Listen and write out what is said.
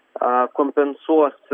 a kompensuos